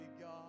God